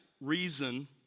reason